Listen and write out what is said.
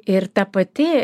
ir ta pati